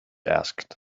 asked